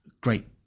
great